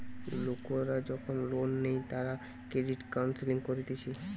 লোকরা যখন লোন নেই তারা ক্রেডিট কাউন্সেলিং করতিছে